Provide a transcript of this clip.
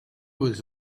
was